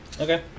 Okay